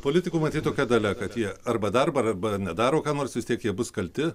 politikų matyt tokia dalia kad jie arba darbą arba nedaro ką nors vis tiek jie bus kalti